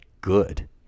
good